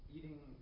eating